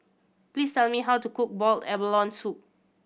please tell me how to cook boiled abalone soup